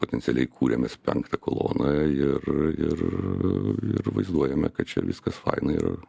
potencialiai kūriames penktą koloną ir ir ir vaizduojame kad čia viskas faina ir